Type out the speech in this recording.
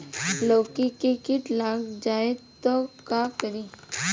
लौकी मे किट लग जाए तो का करी?